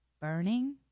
Burning